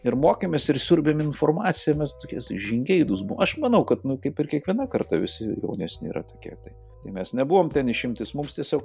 ir mokėmės ir siurbėm informaciją mes tokie visi žingeidūs buvom aš manau kad nu kaip ir kiekviena karta visi jaunesni yra tokie tai tai mes nebuvom ten išimtis mums tiesiog